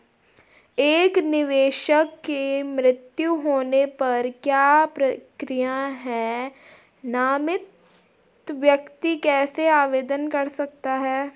एक निवेशक के मृत्यु होने पर क्या प्रक्रिया है नामित व्यक्ति कैसे आवेदन कर सकता है?